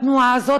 בתנועה הזאת,